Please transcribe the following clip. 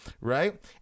right